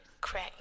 Crack